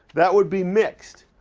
that would be mixed,